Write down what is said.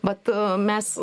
vat mes